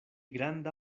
granda